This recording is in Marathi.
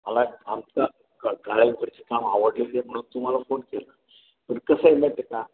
मला आमचं ग काळेंकडचे काम आवडलेली म्हणून तुम्हाला फोन केला पण कसं आहे माहिती आहे का